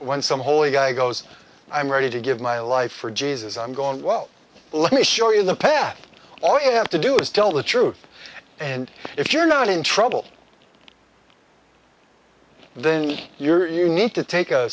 when some holy guy goes i'm ready to give my life for jesus i'm going well let me show you the path all you have to do is tell the truth and if you're not in trouble then any your you need to take a